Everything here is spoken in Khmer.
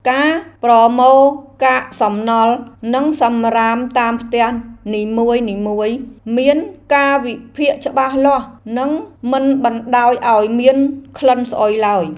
ការប្រមូលកាកសំណល់និងសំរាមតាមផ្ទះនីមួយៗមានកាលវិភាគច្បាស់លាស់និងមិនបណ្តោយឱ្យមានក្លិនស្អុយឡើយ។